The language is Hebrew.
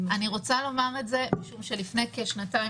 אני רוצה לומר את זה משום שלפני כשנתיים